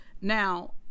now